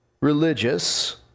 religious